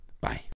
Bye